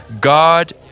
God